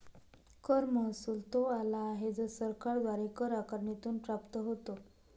कर महसुल तो आला आहे जो सरकारद्वारे कर आकारणीतून प्राप्त होतो